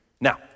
Now